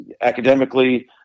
academically